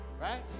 Right